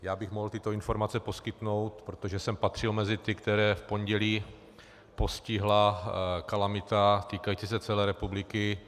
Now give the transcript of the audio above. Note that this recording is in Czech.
Já bych mu mohl tyto informace poskytnout, protože jsem patřil mezi ty, které v pondělí postihla kalamita týkající se celé republiky.